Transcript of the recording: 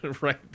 right